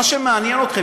מה שמעניין אתכם,